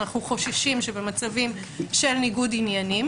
אנחנו חוששים שבמצבים של ניגוד עניינים,